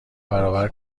برابر